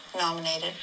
nominated